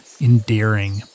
endearing